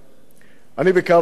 אני ביקרתי אותם אתמול,